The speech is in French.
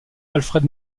alfred